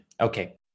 Okay